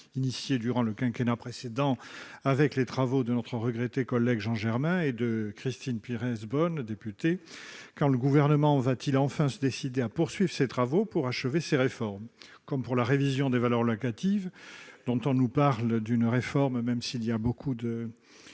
initiée durant le quinquennat précédent avec les travaux de notre regretté collègue Jean Germain et de Christine Pires Beaune, députée. Quand le Gouvernement va-t-il enfin se décider à poursuivre ces travaux pour achever ces réformes, en particulier la révision des valeurs locatives, qui concerne énormément de logements